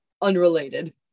unrelated